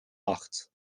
acht